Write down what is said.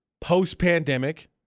post-pandemic